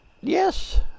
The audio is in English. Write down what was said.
yes